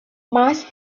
must